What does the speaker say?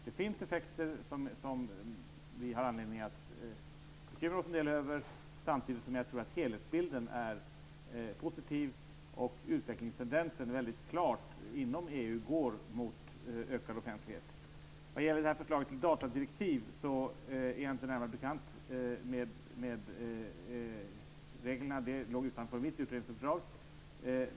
Det finns effekter som vi har anledning att fundera en del över samtidigt som jag tror att helhetsbilden är positiv och utvecklingen inom EU helt klart går mot ökad offentlighet. Jag är inte närmare bekant med förslaget om datadirektiv. Det låg utanför mitt utredningsuppdrag.